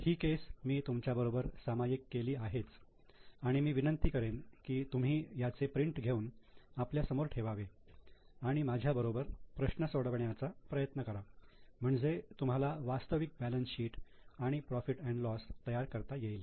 ही case मी तुमच्याबरोबर सामायिक केलेलीच आहे आणि मी विनंती करेन की तुम्ही ह्याचे प्रिंट घेऊन आपल्यासमोर ठेवा आणि माझ्याबरोबर प्रश्न सोडवायचा प्रयत्न करा म्हणजे तुम्हाला वास्तविक बॅलन्स शीट आणि profit and loss profit loss तयार करता येईल